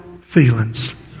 feelings